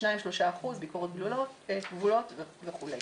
2%-3% ביקורת גבולות וכו'.